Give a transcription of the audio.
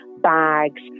bags